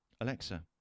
Alexa